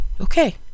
okay